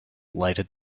lighted